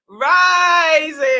Rising